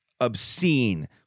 obscene